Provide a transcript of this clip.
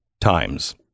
times